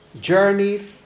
Journeyed